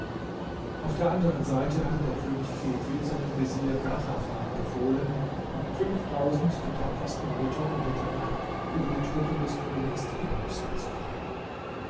auf der anderen seite hatte der könig kefid seinem vezier ghatarfan befohlen mit fünftausend der tapfersten ritter um mitternacht über die truppen des königs tighanus herzufallen